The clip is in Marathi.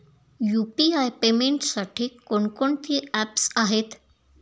यु.पी.आय पेमेंटसाठी कोणकोणती ऍप्स आहेत?